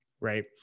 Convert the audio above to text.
right